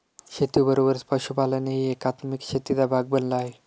शेतीबरोबरच पशुपालनही एकात्मिक शेतीचा भाग बनला आहे